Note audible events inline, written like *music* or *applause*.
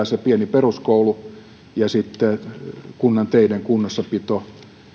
*unintelligible* se pieni peruskoulu ja sitten kunnan teiden kunnossapito